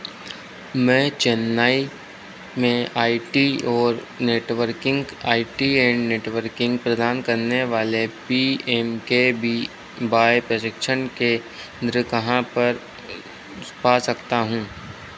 मैं चेन्नई में I T और networking I T and networking प्रदान करने वाले P M K V Y परिक्षण केंद्र कहाँ पर पा सकता हूँ